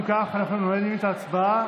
אם כך, אנחנו נועלים את ההצבעה.